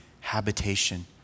habitation